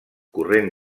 corrent